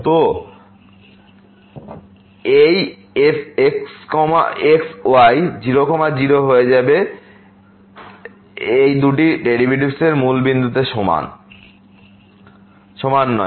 তো এই fxy00 হয়ে যাবে এই দুটি ডেরাইভেটিভস মূল বিন্দুতে সমান নয়